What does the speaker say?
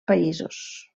països